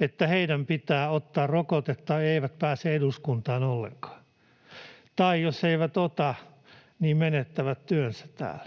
että heidän pitää ottaa rokote tai he eivät pääse eduskuntaan ollenkaan, tai jos eivät ota, niin menettävät työnsä täällä?